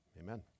Amen